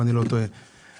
עכשיו זה מיליארד.